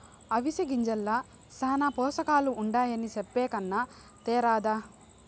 అవిసె గింజల్ల శానా పోసకాలుండాయని చెప్పే కన్నా తేరాదా